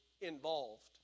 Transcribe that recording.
involved